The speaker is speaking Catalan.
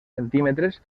centímetres